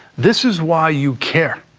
this is why you care.